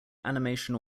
animation